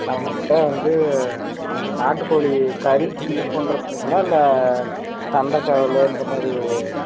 நம்ம கிட்ட வந்து நாட்டுக்கோழி கறிக்கு யூஸ் பண்ணுறத்துக்குங்களா இல்லை சண்டை சேவல் இந்த மாதிரி